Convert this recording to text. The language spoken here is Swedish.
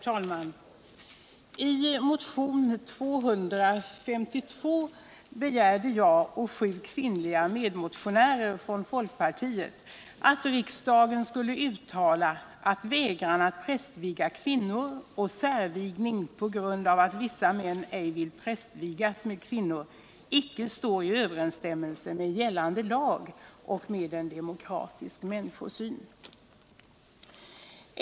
Herr talman! I motionen 252 begärde jag och sju kvinnliga medmotionärer från folkpartiet att riksdagen skulle uttala att vägran att prästviga kvinnor och särvigning på grund av att vissa män ej vill prästvigas med kvinnor icke står i överensstämmelse med gällande lag och med en demokratisk människosyn.